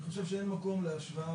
אני חושב שאין מקום להשוואה,